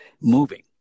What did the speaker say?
moving